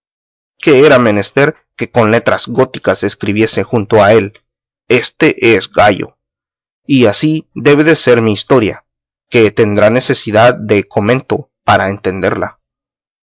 que era menester que con letras góticas escribiese junto a él éste es gallo y así debe de ser de mi historia que tendrá necesidad de comento para entenderla